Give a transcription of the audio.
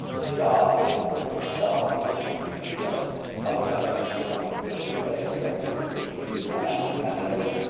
staff, or friends and staff, or community. like other types of companies that do like direct recruiting. and ah and i know